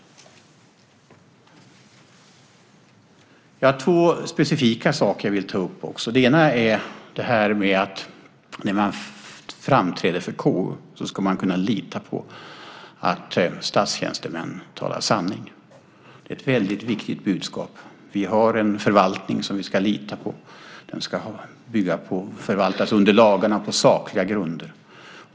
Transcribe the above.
Det är två specifika saker som jag vill ta upp. Den ena är att när en person framträder för KU ska man kunna lita på att statstjänstemän talar sanning. Det är ett väldigt viktigt budskap. Vi har en förvaltning som vi ska lita på. Den ska bygga på och förvaltas under lagarna på sakliga grunder.